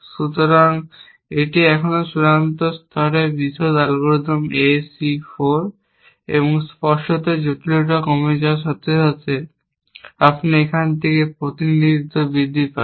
সুতরাং এটি এখনও চূড়ান্ত স্তরের বিশদ অ্যালগরিদম A C 4 এবং স্পষ্টতই জটিলতা কমে যাওয়ার সাথে সাথে আপনি এখান থেকে এখানে প্রতিনিধিত্ব বৃদ্ধি পাচ্ছে